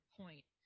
point